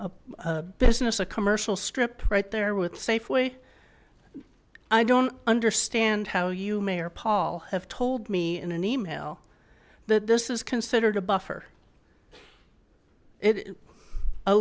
a business a commercial strip right there with safeway i don't understand how you mayor paul have told me in an email that this is considered a buffer it